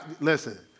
listen